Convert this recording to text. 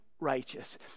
righteous